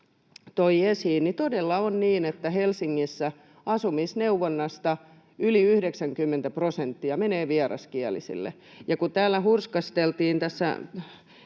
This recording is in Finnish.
toi esiin, todella on niin, että Helsingissä asumisneuvonnasta yli 90 prosenttia menee vieraskielisille. Ja kun täällä hurskasteltiin tässä